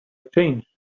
change